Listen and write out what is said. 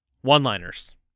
One-liners